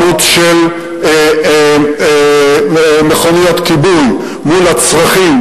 מספר מכוניות כיבוי מול הצרכים,